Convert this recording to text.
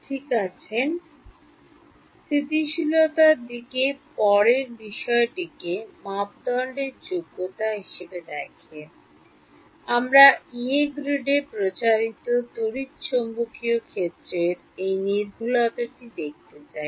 ঠিক আছে স্থিতিশীলতার দিকে পরের বিষয়টিকে মাপদণ্ডের যোগ্যতা হিসাবে দেখে আমরা ইয়ে গ্রিডে প্রচারিত তড়িৎ চৌম্বকীয় ক্ষেত্রের এই নির্ভুলতাটি দেখতে চাই